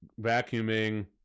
vacuuming